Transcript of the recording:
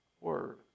Word